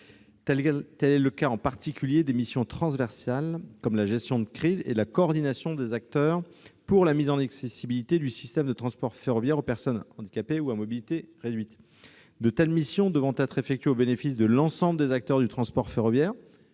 C'est notamment le cas des missions transversales, comme la gestion de crise et la coordination des acteurs pour la mise en accessibilité du système de transports ferroviaires au bénéfice des personnes handicapées ou à mobilité réduite. De telles missions devant être effectuées au bénéfice de l'ensemble des acteurs du transport ferroviaire-